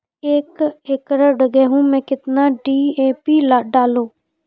एक एकरऽ गेहूँ मैं कितना डी.ए.पी डालो?